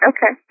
Okay